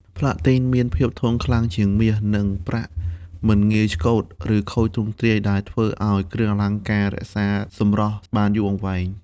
ផ្លាទីនមានភាពធន់ខ្លាំងជាងមាស និងប្រាក់ មិនងាយឆ្កូត ឬខូចទ្រង់ទ្រាយ ដែលធ្វើឱ្យគ្រឿងអលង្ការរក្សាសម្រស់បានយូរអង្វែង។